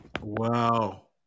wow